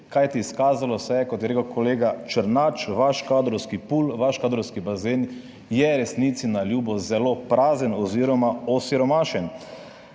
kajti izkazalo se je, kot je rekel kolega Černač, vaš kadrovski pool, vaš kadrovski bazen je resnici na ljubo zelo prazen oz. osiromašen.